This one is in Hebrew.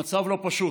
המצב לא פשוט.